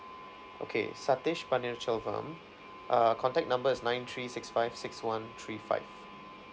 okay satesh panir chilvan err contact number is nine three six five six one three five